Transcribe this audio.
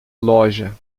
loja